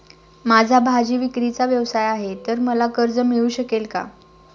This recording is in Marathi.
माझा भाजीविक्रीचा व्यवसाय आहे तर मला कर्ज मिळू शकेल का?